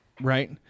Right